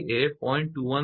તેથી તે 𝐺𝑖 એ 0